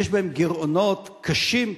יש בהם גירעונות קשים,